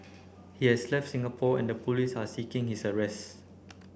he has left Singapore and the police are seeking his arrest